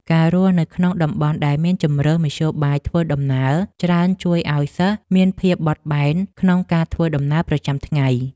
ការរស់នៅក្នុងតំបន់ដែលមានជម្រើសមធ្យោបាយធ្វើដំណើរច្រើនជួយឱ្យសិស្សមានភាពបត់បែនក្នុងការធ្វើដំណើរប្រចាំថ្ងៃ។